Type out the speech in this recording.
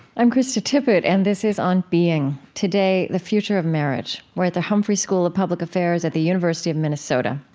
i'm krista tippett, and this is on being. today, the future of marriage. we're at the humphrey school of public affairs at the university of minnesota.